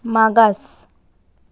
मागास